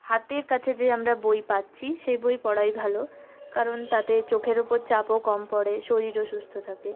হাতের কাছে যে আমরা বই পাচ্ছি সে বই পড়াই ভালো কারণ তাতে চোখের উপর চাপও কম পড়ে শরীরও সুস্থ থাকে